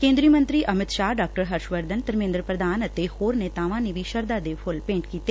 ਕੇਦਰੀ ਮੰਤਰੀ ਅਮਿਤ ਸ਼ਾਹ ਡਾ ਹਰਸ਼ਵਰਧਨ ਧਰਮੇਦਰ ਪ੍ਰਧਾਨ ਅਤੇ ਹੋਰ ਨੇਤਾਵਾ ਨੇ ਵੀ ਸ਼ਰਧਾ ਦੇ ਫੁੱਲ ਭੇਟ ਕੀਤੇ